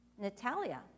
Natalia